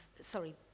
Sorry